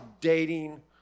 dating